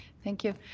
thank you.